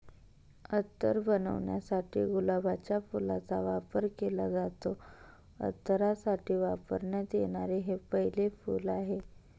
अत्तर बनवण्यासाठी गुलाबाच्या फुलाचा वापर केला जातो, अत्तरासाठी वापरण्यात येणारे हे पहिले फूल आहे